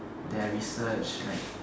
then I research like